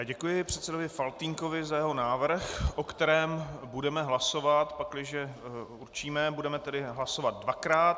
Děkuji předsedovi Faltýnkovi za jeho návrh, o kterém budeme hlasovat, pakliže určíme, budeme tedy hlasovat dvakrát.